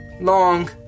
long